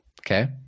Okay